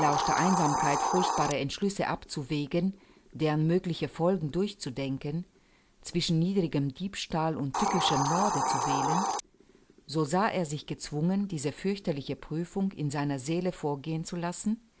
einsamkeit furchtbare entschlüsse abzuwägen deren mögliche folgen durchzudenken zwischen niedrigem diebstahl und tückischem morde zu wählen so sah er sich gezwungen diese fürchterliche prüfung in seiner seele vorgehen zu lassen